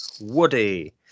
Woody